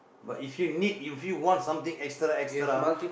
but if you need if you want something extra extra